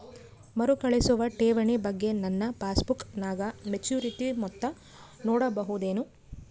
ಮರುಕಳಿಸುವ ಠೇವಣಿ ಬಗ್ಗೆ ನನ್ನ ಪಾಸ್ಬುಕ್ ನಾಗ ಮೆಚ್ಯೂರಿಟಿ ಮೊತ್ತ ನೋಡಬಹುದೆನು?